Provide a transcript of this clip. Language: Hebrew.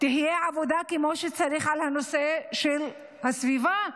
עבודה כמו שצריך על הנושא של הסביבה.